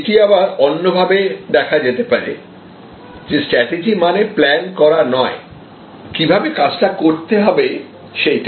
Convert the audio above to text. এটি আবার অন্যভাবে দেখা যেতে পারে যে স্ট্র্যাটেজি মানে প্ল্যান করা নয় কিভাবে কাজটা করতে হবে সেইটা